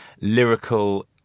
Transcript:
lyrical